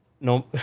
No